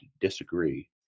disagree